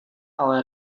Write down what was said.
ale